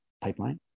pipeline